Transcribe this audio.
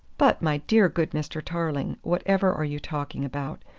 but, my dear good mr. tarling, whatever are you talking about?